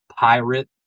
Pirate